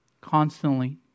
constantly